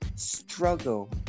struggle